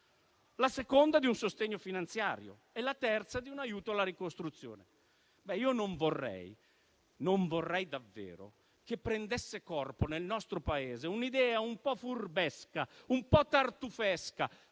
Il secondo è un sostegno finanziario e il terzo è un aiuto alla ricostruzione. Non vorrei davvero che prendesse corpo nel nostro Paese un'idea un po' furbesca, un po' tartufesca,